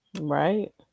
Right